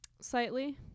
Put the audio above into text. Slightly